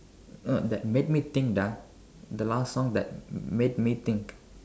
no that made me think the last song that made me think